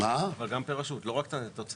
אבל גם כל רשות, לא רק את התוצאה.